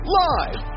live